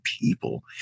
people